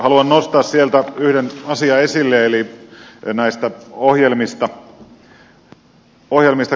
haluan nostaa yhden asian esille näistä ohjelmista